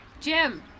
Jim